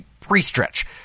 pre-stretch